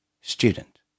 Student